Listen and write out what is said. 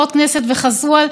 חוץ מחבר הכנסת לפיד,